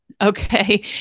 Okay